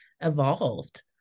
evolved